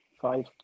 five